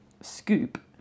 scoop